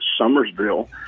Somersville